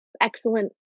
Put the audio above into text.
excellent